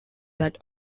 that